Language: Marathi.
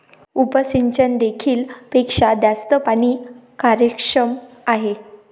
उपसिंचन देखील पेक्षा जास्त पाणी कार्यक्षम आहे